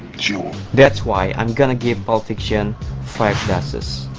that's why i'm gonna give pulp fiction five doses.